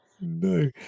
No